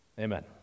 Amen